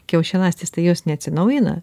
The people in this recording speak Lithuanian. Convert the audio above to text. kiaušialąstės tai jos neatsinaujina